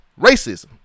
racism